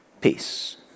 peace